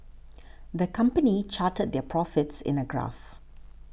the company charted their profits in a graph